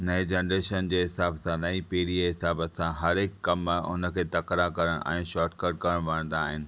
नईं जनरेशन जे हिसाब सां नईं पीढ़ीअ जे हिसाब सां हर हिकु कम उन खे तकड़ा करणु ऐं शॉट कट करणु वणंदा आहिनि